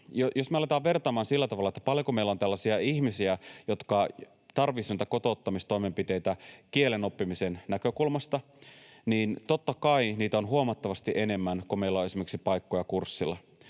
sillä tavalla, paljonko meillä on tällaisia ihmisiä, jotka tarvitsisivat näitä kotouttamistoimenpiteitä kielen oppimisen näkökulmasta, niin totta kai heitä on huomattavasti enemmän kuin meillä on esimerkiksi paikkoja kursseilla.